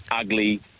ugly